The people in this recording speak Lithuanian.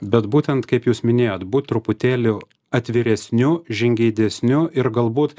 bet būtent kaip jūs minėjot būt truputėliu atviresniu žingeidesniu ir galbūt